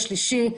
השלישי,